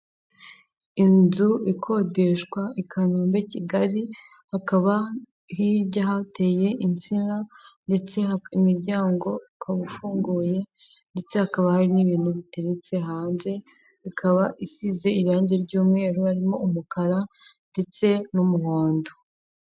Inzu ikodeshwa i Kanombe Kigali, hakaba hirya hateye insina ndetse imiryango ukaba ufunguye ndetse hakaba hari n'ibintu biteretse hanze, ikaba isize irange ry'umweru harimo umukara ndetse n'umuhondo.